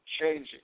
changing